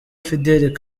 fidel